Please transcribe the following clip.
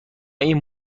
این